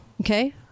okay